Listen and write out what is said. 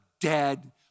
dead